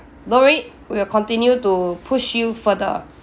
don't worry we'll continue to push you further